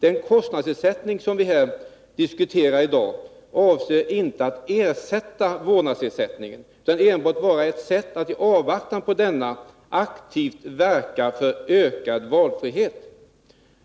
Den kostnadsersättning som vi diskuterar här i dag avser inte att ersätta vårdnadsersättningen, utan skall enbart vara ett sätt att i avvaktan på denna aktivt verka för ökad valfrihet.